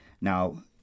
Now